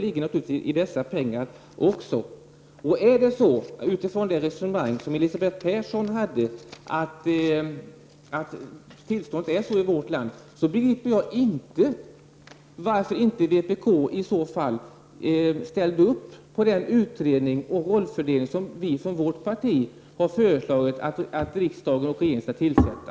Med tanke på Elisabeth Perssons resonemang om tillståndet i vårt land begriper jag inte varför inte vpk ställt upp på den utredning som vi i vårt parti har föreslagit att regeringen skall tillsätta.